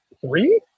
three